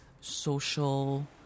social